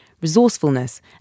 resourcefulness